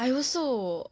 I also